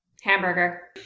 Hamburger